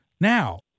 Now